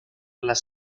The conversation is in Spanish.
las